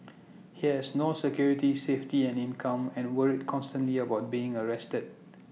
he has no security safety and income and worried constantly about being arrested